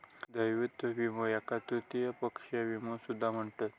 दायित्व विमो याका तृतीय पक्ष विमो सुद्धा म्हणतत